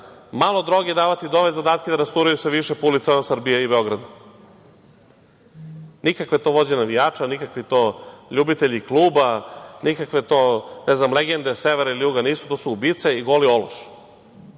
malo droge davati nove zadatke da rasturaju sa više po ulicama Srbije i Beograda. Nikakav je to vođa navijača, nikakvi to ljubitelji kluba, nikakve to legende Severa ili Juga nisu, to su ubice i goli ološi.